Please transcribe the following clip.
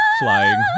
flying